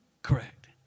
Correct